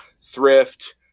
thrift